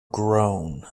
groan